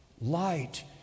light